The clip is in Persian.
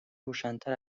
روشنتر